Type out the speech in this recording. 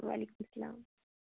وعلیکُم اسلام